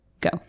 go